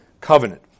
Covenant